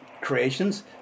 creations